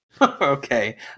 Okay